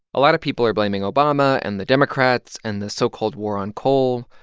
a lot of people are blaming obama and the democrats and the so-called war on coal.